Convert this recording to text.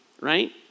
right